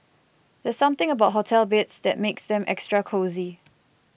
there's something about hotel beds that makes them extra cosy